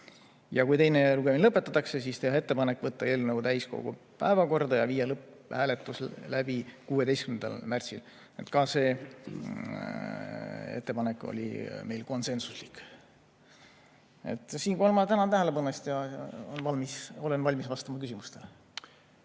Kui teine lugemine lõpetatakse, siis on ettepanek võtta eelnõu täiskogu päevakorda ja viia lõpphääletus läbi 16. märtsil. Ka see ettepanek oli konsensuslik. Siinkohal ma tänan tähelepanu eest ja olen valmis vastama küsimustele.